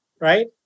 Right